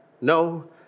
no